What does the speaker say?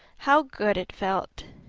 how good it felt!